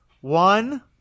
one